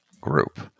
group